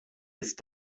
ist